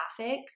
graphics